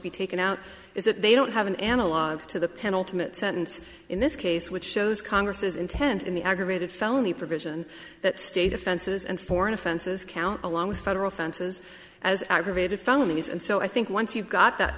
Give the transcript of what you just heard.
be taken out is that they don't have an analogue to the penultimate sentence in this case which shows congress's intent in the aggravated felony provision that state offenses and foreign offenses count along with federal fences as aggravated felonies and so i think once you've got that